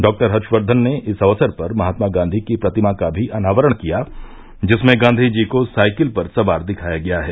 डॉ हर्षवर्धन ने इस अवसर पर महात्मा गांधी की प्रतिमा का भी अनावरण किया जिसमें गांधी जी को साइकिल पर सवार दिखाया गया है